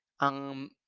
ang